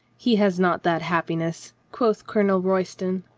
he has not that happiness, quoth colonel roy ston.